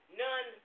none